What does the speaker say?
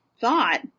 thought